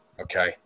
Okay